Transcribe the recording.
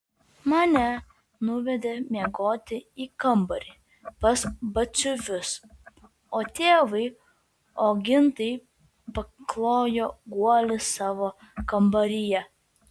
mane nuvedė miegoti į kambarį pas batsiuvius o tėvui ogintai paklojo guolį savo kambaryje